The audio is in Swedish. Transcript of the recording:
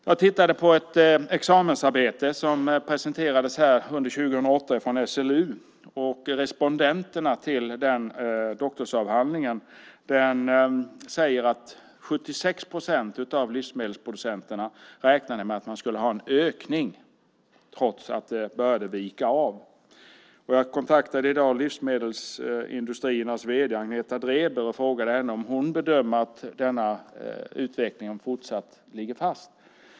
Jag tittade på ett examensarbete som presenterades under 2008 från SLU. Respondenterna till doktorsavhandlingen säger att 76 procent av livsmedelsproducenterna räknade med en ökning av exporten trots att det började vika av. Jag kontaktade i dag Livsmedelsindustriernas vd, Agneta Dreber, och frågade henne om hon bedömer att denna utveckling fortsatt ligger fast.